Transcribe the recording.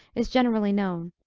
is generally known.